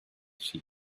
sheep